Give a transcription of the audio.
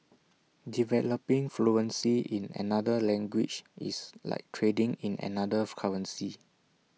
developing fluency in another language is like trading in another of currency